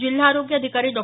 जिल्हा आरोग्य अधिकारी डॉ